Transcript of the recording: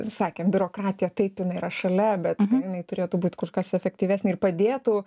sakėm biurokratija taip jinai yra šalia bet jinai turėtų būt kur kas efektyvesnė ir padėtų